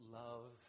love